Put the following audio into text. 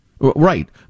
Right